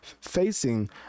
facing